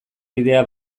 bidea